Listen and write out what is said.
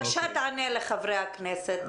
בבקשה, תענה לחברי הכנסת.